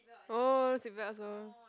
oh seat belt also